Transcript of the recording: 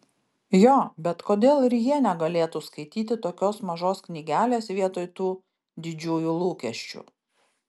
jo bet kodėl ir jie negalėtų skaityti tokios mažos knygelės vietoj tų didžiųjų lūkesčių